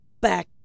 back